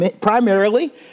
primarily